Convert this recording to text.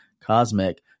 Cosmic